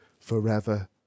forever